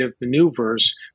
maneuvers